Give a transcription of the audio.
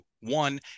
One